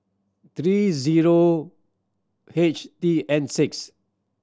three zero H T N six